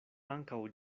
ankaŭ